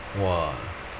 !wah!